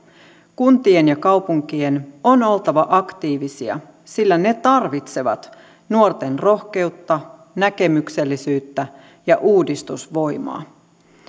kuntien ja kaupunkien on oltava aktiivisia sillä ne tarvitsevat nuorten rohkeutta näkemyksellisyyttä ja uudistusvoimaa